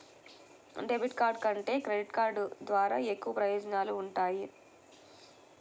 debit card కంటే credit card ద్వారా ఎక్కువ ప్రయోజనాలు వుంటయ్యి